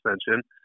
suspension